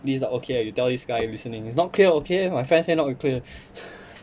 please lah okay you tell this guy listening it's not clear okay my friend say not clear